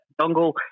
dongle